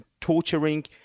torturing